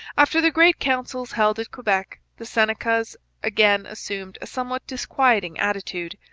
after the great councils held at quebec, the senecas again assumed a somewhat disquieting attitude.